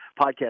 podcast